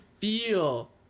feel